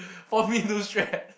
force me to shred